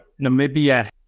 Namibia